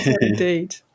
indeed